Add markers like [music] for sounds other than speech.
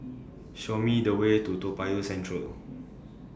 [noise] Show Me The Way to Toa Payoh Central